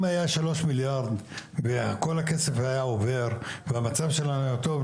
אם היה שלוש מיליארד וכל הכסף היה עובר והמצב שלנו היה טוב,